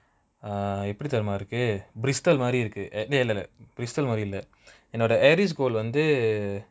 err எப்டி தெரியுமா இருக்கு:epdi theriyumaa iruku bristol மாரி இருக்கு:maari iruku eh இல்லல்ல:illalla bristol மாரி இல்ல என்னோட:maari illa ennoda yeris gold வந்து:vanthu